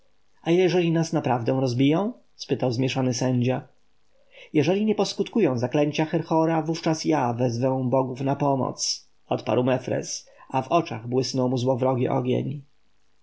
a jeśli nas naprawdę rozbiją spytał zmieszany sędzia jeżeli nie poskutkują zaklęcia herhora wówczas ja wezwę bogów na pomoc odparł mefres a w oczach błysnął mu złowrogi ogień